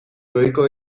goiko